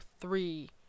three